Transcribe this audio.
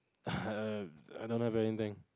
I don't have anything